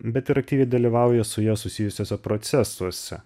bet ir aktyviai dalyvauja su ja susijusiuose procesuose